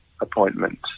appointment